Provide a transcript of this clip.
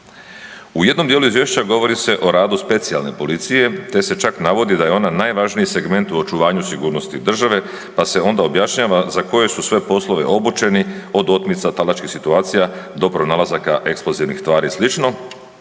U jednom dijelu izvješća govori se o radu specijalne policije, te se čak navodi da je ona najvažniji segment u očuvanju sigurnosti države, pa se onda objašnjava za koje su sve poslove obučeni, od otmica, talačkih situacija do pronalazaka eksplozivnih tvari i